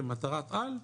מטרת על,